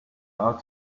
out